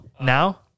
Now